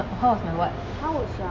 how is my what